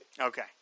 Okay